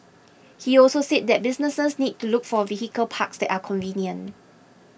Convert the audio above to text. he also said that businesses need to look for vehicle parks that are convenient